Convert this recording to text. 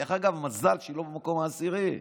דרך אגב, מזל שהיא לא במקום העשירי,